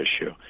issue